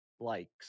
Likes